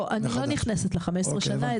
לא, אני לא נכנסת ל-15 שנה.